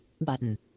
Button